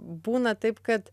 būna taip kad